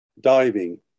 diving